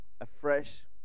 afresh